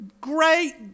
great